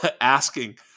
asking